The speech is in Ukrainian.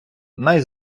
най